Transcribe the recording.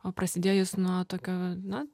o prasidėjo jis nuo tokio na